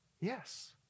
Yes